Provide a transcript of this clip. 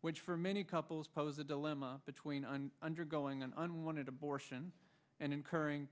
which for many couples pose a dilemma between and undergoing an unwanted abortion and incurring